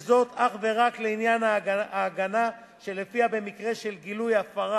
וזאת אך ורק לעניין ההגנה שלפיה במקרה של גילוי הפרה